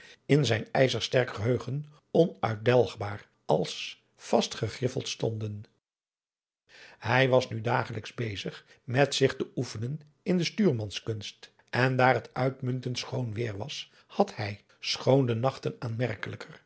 in zijn ijzersterk geheugen onuitdelgbaar als vast gegriffeld stonden hij was nu dagelijks bezig met zich te oefenen in de stuurmanskunst en daar het uitmuntend schoon weêr was had hij schoon de nachten